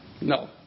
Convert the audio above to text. No